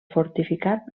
fortificat